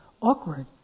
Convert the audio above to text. awkward